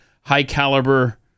high-caliber